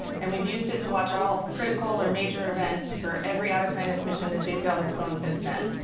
and we've used it to watch all critical or major events for every outer planets mission that jpl has flown since then.